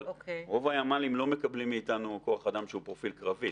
אבל רוב הימ"לים לא מקבלים מאיתנו כוח אדם שהוא פרופיל קרבי,